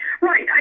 Right